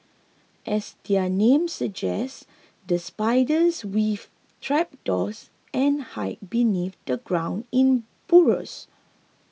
as their name suggests these spiders weave trapdoors and hide beneath the ground in burrows